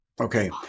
Okay